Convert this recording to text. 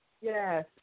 yes